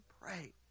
pray